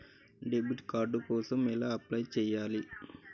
Debit card కోసం ఎలా apply చేయాలి?